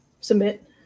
submit